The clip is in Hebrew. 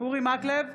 אורי מקלב,